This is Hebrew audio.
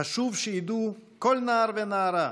חשוב שידעו כל נער ונערה,